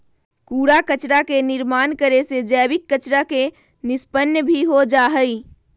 कूड़ा कचरा के निर्माण करे से जैविक कचरा के निष्पन्न भी हो जाहई